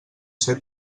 ser